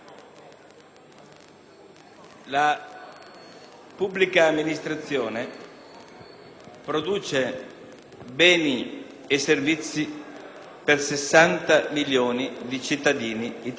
la pubblica amministrazione produce beni e servizi per 60 milioni di cittadini italiani: